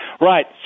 Right